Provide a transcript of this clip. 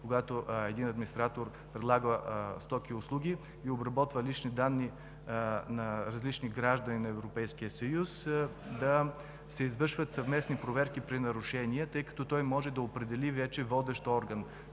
когато администратор предлага стоки и услуги и обработва лични данни на различни граждани на Европейския съюз, да се извършват съвместни проверки при нарушение, тъй като той може да определи вече водещ орган.